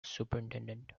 superintendent